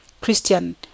Christian